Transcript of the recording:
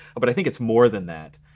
but i think it's more than that.